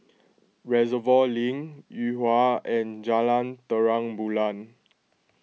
Reservoir Link Yuhua and Jalan Terang Bulan